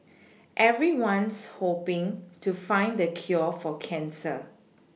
everyone's hoPing to find the cure for cancer